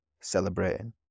celebrating